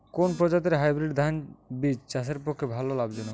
কোন প্রজাতীর হাইব্রিড ধান বীজ চাষের পক্ষে লাভজনক?